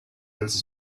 this